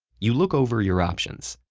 you look over your options.